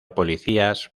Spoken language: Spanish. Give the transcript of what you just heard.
policías